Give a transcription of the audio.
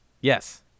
Yes